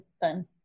fun